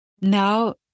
Now